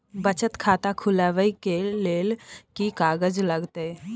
बचत खाता खुलैबै ले कि की कागज लागतै?